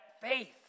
faith